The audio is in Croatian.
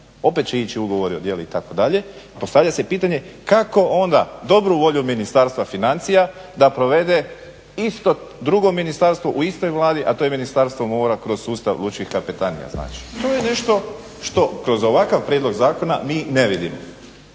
opet će ići ugovori o djelu itd. Postavlja se pitanje kako onda dobru volju Ministarstva financija da provede drugo ministarstvo u istoj Vladi, a to je Ministarstvo mora kroz sustav lučkih kapetanija znači. To je nešto što kroz ovakav prijedlog zakona mi ne vidimo,